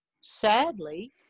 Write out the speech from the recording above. Sadly